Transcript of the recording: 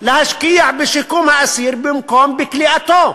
להשקיע בשיקום האסיר במקום בכליאתו.